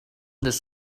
this